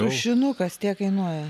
tušinukas tiek kainuoja